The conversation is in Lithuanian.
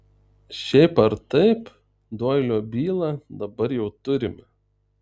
šiaip ar taip doilio bylą dabar jau turime